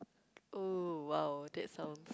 oh !wow! that sounds